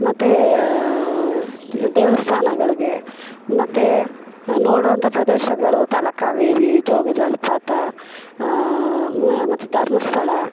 ಮತ್ತು ದೇವಸ್ಥಾನಗಳಿಗೆ ಮತ್ತು ನೋಡೊ ಅಂಥ ಪ್ರದೇಶಗಳು ತಲಕಾವೇರಿ ಜೋಗ ಜಲಪಾತ ಮತ್ತು ಧರ್ಮಸ್ಥಳ